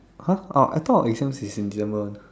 !huh! oh I thought exams is in December [one]